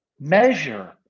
measure